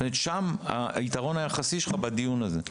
זאת אומרת, שם זה היתרון היחסי שלך בדיון הזה.